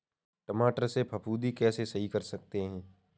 टमाटर से फफूंदी कैसे सही कर सकते हैं?